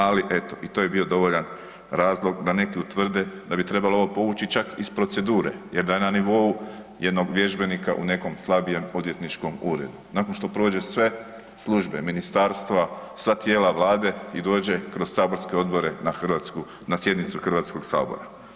Ali eto, i to je bio dovoljan razlog da neki utvrde da bi trebalo ovo povući čak iz procedure jer da je na nivou jednog vježbenika u nekom slabijem odvjetničkom uredu, nakon što prođe sve službe, ministarstva, sva tijela vlade i dođe kroz saborske odobre na hrvatsku, na sjednicu HS-a.